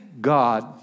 God